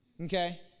Okay